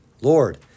Lord